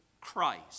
Christ